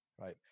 right